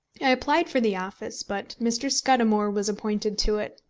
i applied for the office, but mr. scudamore was appointed to it.